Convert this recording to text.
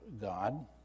God